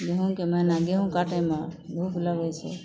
गेहूँके महिना गेहूँ काटयमे धूप लगय छै